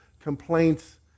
complaints